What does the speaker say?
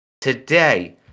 today